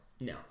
no